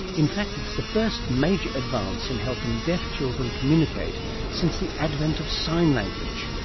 in fact it's the first major advance in helping deaf children communicate since the advent of sign language.